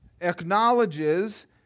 acknowledges